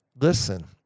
listen